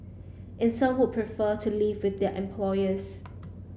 and some would prefer to live with their employers